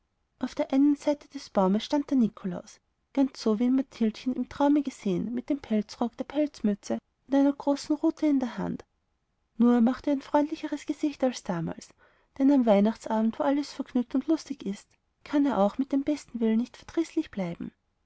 auf der einen seite des baumes stand der nikolaus ganz so wie ihn mathildchen im traume gesehen mit dem pelzrock der pelzmütze und einer großen rute in der hand nur machte er ein freundlicheres gesicht als damals denn am weihnachtsabend wo alles vergnügt und lustig ist kann er auch mit dem besten willen nicht verdrießlich bleiben